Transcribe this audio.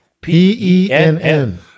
P-E-N-N